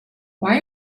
why